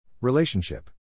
Relationship